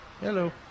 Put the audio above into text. Hello